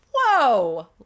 whoa